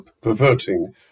perverting